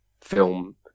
film